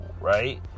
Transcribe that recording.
right